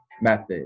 method